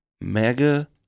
mega